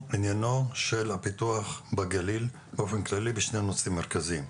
עניינו של הפיתוח בגליל באופן כללי בשני נושאים מרכזיים: